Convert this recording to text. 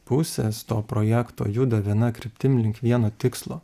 pusės to projekto juda viena kryptim link vieno tikslo